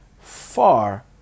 far